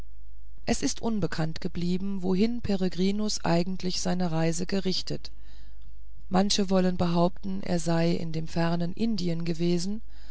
es ist unbekannt geblieben wohin peregrinus eigentlich seine reise gerichtet manche wollen behaupten er sei in dem fernen indien gewesen